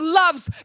love's